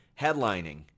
headlining